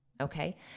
Okay